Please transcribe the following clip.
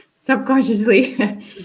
subconsciously